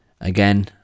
again